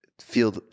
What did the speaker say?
feel